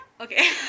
Okay